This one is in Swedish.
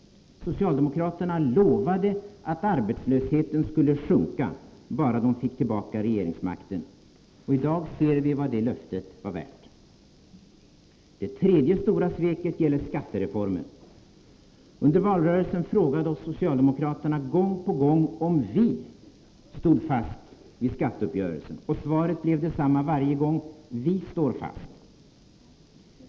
Socialdemokraterna lovade att arbetslösheten skulle sjunka bara de fick tillbaka regeringsmakten. I dag ser vi vad det löftet var värt! Det tredje stora sveket gäller skattereformen. Under valrörelsen frågade oss socialdemokraterna gång på gång, om vi stod fast vid skatteuppgörelsen. Och svaret blev detsamma varje gång: Vi står fast.